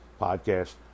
podcast